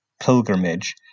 pilgrimage